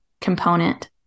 component